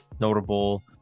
notable